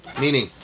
Meaning